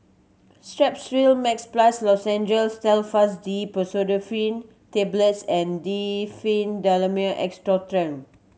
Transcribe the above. Strepsil Max Plus Lozenges Telfast D Pseudoephrine Tablets and Diphenhydramine Expectorant